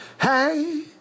Hey